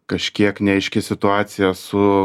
kažkiek neaiški situacija su